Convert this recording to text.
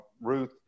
Ruth